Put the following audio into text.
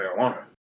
marijuana